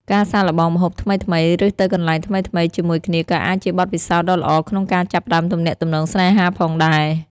ការសាកល្បងម្ហូបថ្មីៗ ឬទៅកន្លែងថ្មីៗជាមួយគ្នាក៏អាចជាបទពិសោធន៍ដ៏ល្អក្នុងការចាប់ផ្ដើមទំនាក់ទំនងស្នេហាផងដែរ។